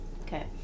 Okay